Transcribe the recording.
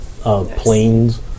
planes